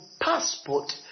passport